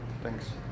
Thanks